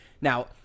Now